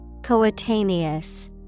Coetaneous